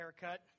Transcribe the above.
haircut